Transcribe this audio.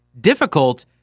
difficult